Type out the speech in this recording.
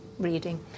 reading